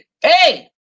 Hey